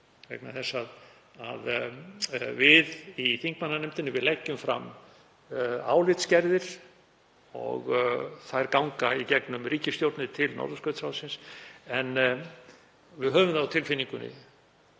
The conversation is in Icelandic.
tengslin. Við í þingmannanefndinni leggjum fram álitsgerðir og þær ganga í gegnum ríkisstjórnir til Norðurskautsráðsins. En við höfum á tilfinningunni